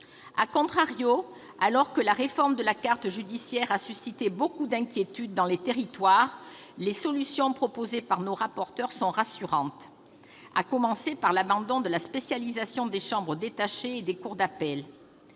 d'insécurité., alors que la réforme de la carte judiciaire a suscité beaucoup d'inquiétudes dans les territoires, les solutions proposées par nos corapporteurs sont rassurantes, à commencer par l'abandon de la spécialisation des chambres détachées et des cours d'appel.